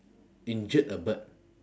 injured a bird